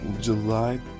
July